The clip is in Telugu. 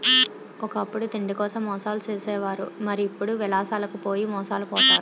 ఒకప్పుడు తిండికోసం మోసాలు చేసే వారు మరి ఇప్పుడు విలాసాలకు పోయి మోసాలు పోతారు